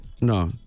No